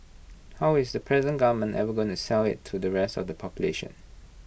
how is the present government ever gonna sell IT to the rest of the population